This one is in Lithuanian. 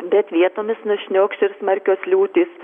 bet vietomis nušniokš smarkios liūtys